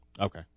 Okay